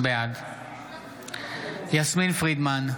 בעד יסמין פרידמן,